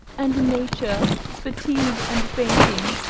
and nature, fatigued and fainting,